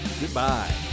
goodbye